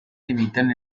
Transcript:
limitan